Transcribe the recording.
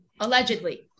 Allegedly